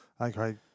Okay